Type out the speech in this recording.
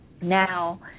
Now